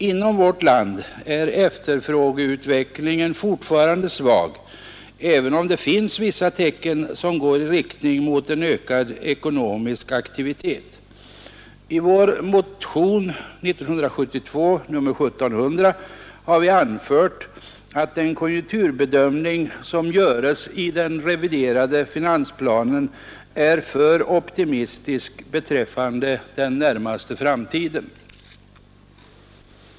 Inom vårt land är efterfrågeutvecklingen fortfarande svag, även om det finns vissa tecken som går i riktning mot en ökad ekonomisk aktivitet. I vår motion nr 1700 år 1972 har vi anfört, att den konjunkturbedömning som görs i den reviderade finansplanen är för optimistisk beträffande den närmaste framtiden.